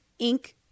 Inc